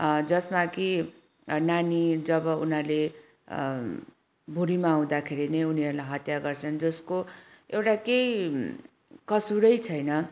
जसमा कि नानी जब उनीहरूले भुँडीमा हुँदाखेरि नै उनीहरूलाई हत्या गर्छन् जसको एउटा केही कसुरै छैन